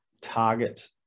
target